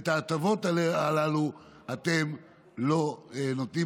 ואת ההטבות הללו אתם לא נותנים.